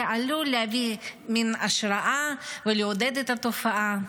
זה עלול להביא מין השראה ולעודד את התופעה,